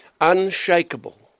Unshakable